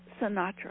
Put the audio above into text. Sinatra